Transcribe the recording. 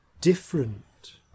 different